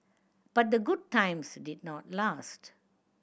but the good times did not last